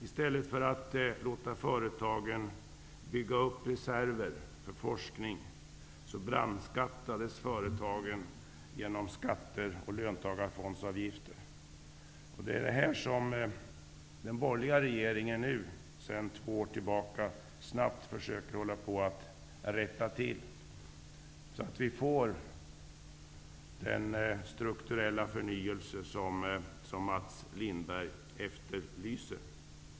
I stället för att låta företagen bygga upp reserver för forskning, brandskattades företagen genom skatter och löntagarfondsavgifter. Det är detta som den borgerliga regeringen nu sedan två år tillbaka snabbt försöker rätta till så att vi får den strukturella förnyelse som Mats Lindberg efterlyser.